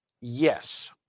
Yes